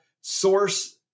source